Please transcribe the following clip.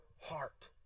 heart